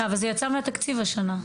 אבל זה יצא מהתקציב השנה.